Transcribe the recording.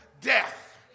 death